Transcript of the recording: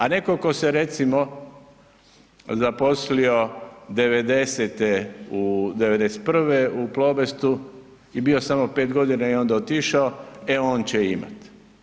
A netko tko se recimo zaposlio '90., '91. u Plobestu i bio samo 5 godina i onda otišao, e on će imati.